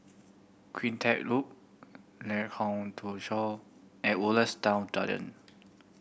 Cleantech Loop Lengkok Tujoh and Woodlands Town Garden